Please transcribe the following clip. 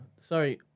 sorry